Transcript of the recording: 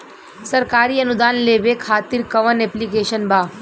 सरकारी अनुदान लेबे खातिर कवन ऐप्लिकेशन बा?